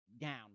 down